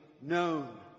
known